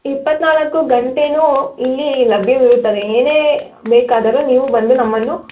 ಇಪ್ಪತ್ತ್ನಾಲ್ಕು ಗಂಟೇನೂ ಇಲ್ಲಿ ಲಭ್ಯವಿರುತ್ತದೆ ಏನೇ ಬೇಕಾದರೂ ನೀವು ಬಂದು ನಮ್ಮನ್ನು